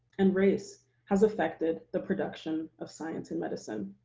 and race has affected the production of science and medicine.